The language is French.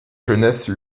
jeunesse